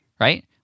right